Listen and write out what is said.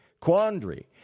quandary